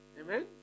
Amen